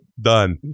done